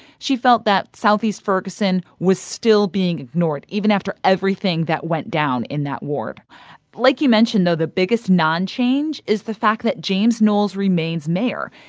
she felt that southeast ferguson was still being ignored even after everything that went down in that ward like you mentioned though, the biggest non-change is the fact that james knowles remains mayor.